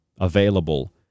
available